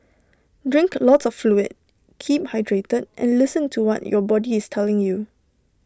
drink lots of fluid keep hydrated and listen to what your body is telling you